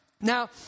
Now